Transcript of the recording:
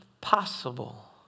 possible